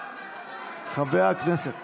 חבר הכנסת קארה,